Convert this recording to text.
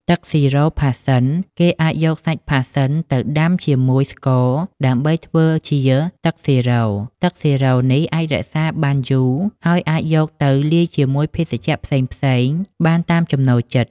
ទឹកស៊ីរ៉ូផាសសិន គេអាចយកសាច់ផាសសិនទៅដាំជាមួយស្ករដើម្បីធ្វើជាទឹកស៊ីរ៉ូ។ ទឹកស៊ីរ៉ូនេះអាចរក្សាទុកបានយូរ ហើយអាចយកទៅលាយជាមួយភេសជ្ជៈផ្សេងៗបានតាមចំណូលចិត្ត។